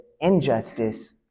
injustice